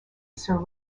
sir